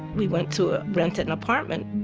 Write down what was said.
we went to ah rent an apartment,